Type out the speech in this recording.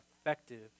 effective